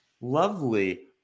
lovely